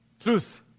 Truth